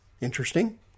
Interesting